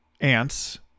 ants